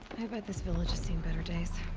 i bet this village has seen better days.